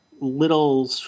little